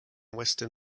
western